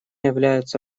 являются